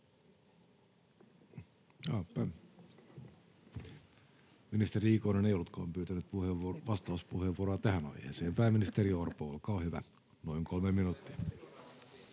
Ministeri Ikonen ei ollutkaan pyytänyt vastauspuheenvuoroa tähän aiheeseen. — Pääministeri Orpo, olkaa hyvä, noin kolme minuuttia.